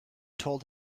told